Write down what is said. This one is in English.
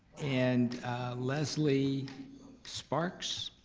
and leslie sparks?